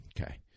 Okay